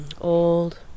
old